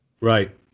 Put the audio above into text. Right